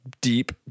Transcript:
deep